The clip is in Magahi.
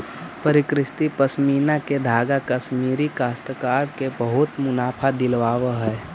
परिष्कृत पशमीना के धागा कश्मीरी काश्तकार के बहुत मुनाफा दिलावऽ हई